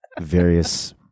Various-